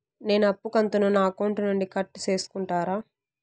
నేను అప్పు కంతును నా అకౌంట్ నుండి కట్ సేసుకుంటారా?